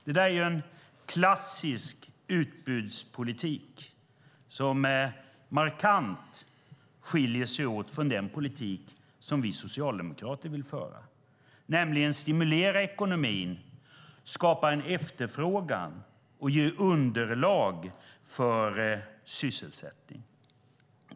Det är en klassisk utbudspolitik som markant skiljer sig åt från den politik som vi socialdemokrater vill föra, nämligen stimulera ekonomin, skapa en efterfrågan och ge underlag för sysselsättning.